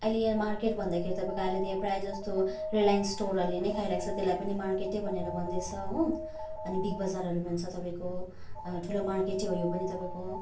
अहिले यहाँ मार्केट भन्दाखेरि तपाईँको अहिले त यहाँ प्रायःजस्तो रिलायन्स स्टोरहरूले नै खाइरहेको छ त्यसलाई पनि मार्केटै भनेर भन्दैछ हो अनि बिग बजारहरू भन्छ तपाईँको ठुलो मार्केटै हो यो पनि तपाईँको